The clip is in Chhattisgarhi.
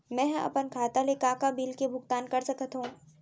मैं ह अपन खाता ले का का बिल के भुगतान कर सकत हो